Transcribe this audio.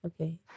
okay